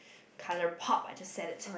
Colorpop I just said it